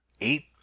eight